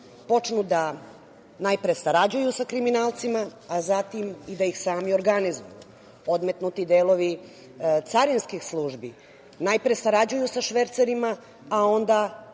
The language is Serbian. počnu da najpre sarađuju sa kriminalcima, a zatim i da ih sami organizuju. Odmetnuti delovi carinskih službi najpre sarađuju sa švercerima, a onda